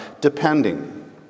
Depending